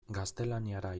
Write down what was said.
gaztelaniara